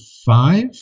five